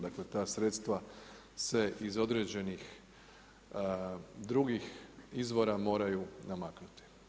Dakle ta sredstva se iz određenih drugih izvora moraju namaknuti.